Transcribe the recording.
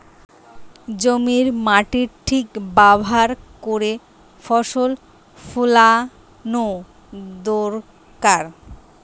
জমির মাটির ঠিক ব্যাভার কোরে ফসল ফোলানো দোরকার